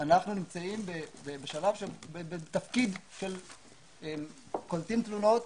נמצאים בתפקיד של קולטים תלונות,